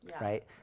Right